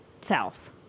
self